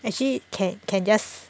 actually can can just